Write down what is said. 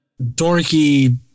dorky